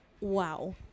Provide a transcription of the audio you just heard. Wow